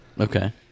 Okay